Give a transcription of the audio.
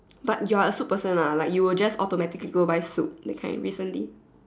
but you're a soup person ah like you will just automatically go buy soup that kind recently